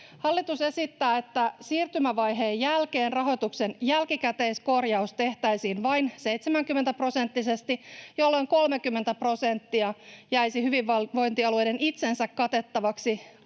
Hallitus esittää, että siirtymävaiheen jälkeen rahoituksen jälkikäteiskorjaus tehtäisiin vain 70-prosenttisesti, jolloin 30 prosenttia jäisi hyvinvointialueiden itsensä katettavaksi